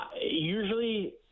usually